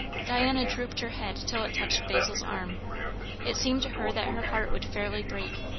diana drooped her head till it touched basil's arm it seemed to her that her heart would fairly break.